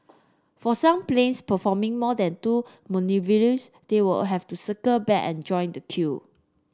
for some planes performing more than two manoeuvres they will have to circle back and join the queue